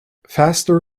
faster